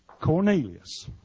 Cornelius